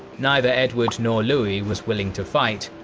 neither edward nor louis was willing to fight,